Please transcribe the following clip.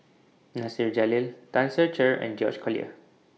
Nasir Jalil Tan Ser Cher and George Collyer